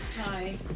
Hi